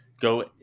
go